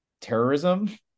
terrorism